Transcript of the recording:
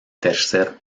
tercer